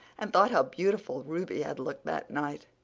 and thought how beautiful ruby had looked that night,